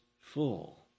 full